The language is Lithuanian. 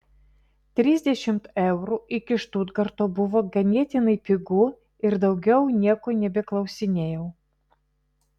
trisdešimt eurų iki štutgarto buvo ganėtinai pigu ir daugiau nieko nebeklausinėjau